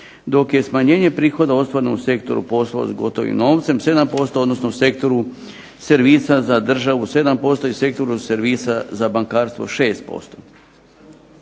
dok je smanjenje prihoda ostvareno u sektoru poslova s gotovim novcem 7% odnosno u sektoru servisa za državu 7% i sektoru servisa za bankarstvo 6%.